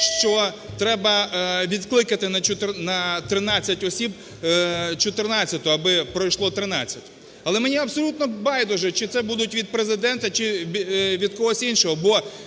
що треба відкликати на 13 осіб 14-у, аби пройшло 13. Але мені абсолютно байдуже, чи це будуть від Президента, чи від когось іншого,